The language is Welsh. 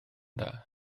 dda